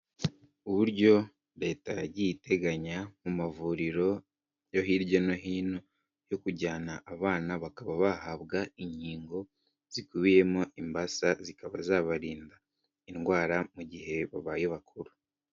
Uburyo Leta yagiye iteganya mu mavuriro yo hirya no hino yo kujyana abana bakaba bahabwa inkingo zikubiyemo imbasa, zikaba zabarinda indwara mu gihe babaye bakuru.